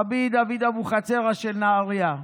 רבי דוד אבוחצירא של נהריה,